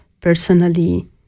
personally